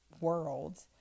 world